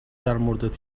درموردت